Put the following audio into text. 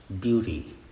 beauty